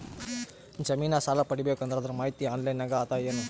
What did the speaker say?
ಜಮಿನ ಸಾಲಾ ಪಡಿಬೇಕು ಅಂದ್ರ ಅದರ ಮಾಹಿತಿ ಆನ್ಲೈನ್ ನಾಗ ಅದ ಏನು?